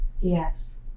Yes